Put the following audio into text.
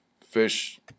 fish